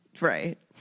Right